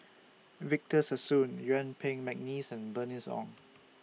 Victor Sassoon Yuen Peng Mcneice and Bernice Ong